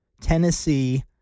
Tennessee